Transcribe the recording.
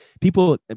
people